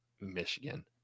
Michigan